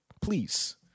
Please